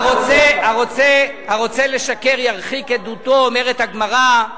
רגע, הרוצה לשקר ירחיק עדותו, אומרת הגמרא.